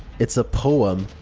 it's a poem.